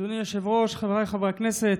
אדוני היושב-ראש, חבריי חברי הכנסת,